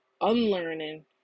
unlearning